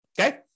okay